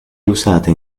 usata